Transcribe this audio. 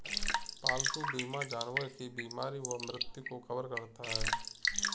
पालतू बीमा जानवर की बीमारी व मृत्यु को कवर करता है